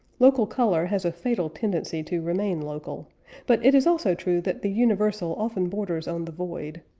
local color has a fatal tendency to remain local but it is also true that the universal often borders on the void.